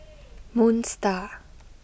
Moon Star